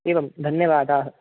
एवं धन्यवादाः